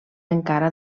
encara